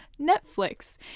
Netflix